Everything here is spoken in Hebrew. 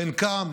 חלקם